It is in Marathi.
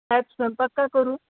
आज स्वयंपाक काय करू